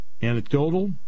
anecdotal